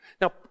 Now